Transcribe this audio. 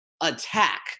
attack